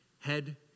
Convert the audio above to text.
head